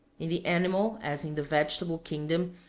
in the animal, as in the vegetable kingdom,